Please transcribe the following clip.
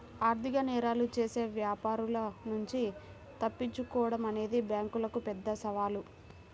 ఆర్థిక నేరాలు చేసే వ్యాపారుల నుంచి తప్పించుకోడం అనేది బ్యేంకులకు పెద్ద సవాలు